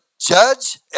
judge